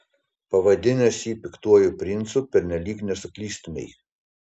pavadinęs jį piktuoju princu pernelyg nesuklystumei